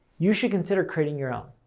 you should consider creating your own.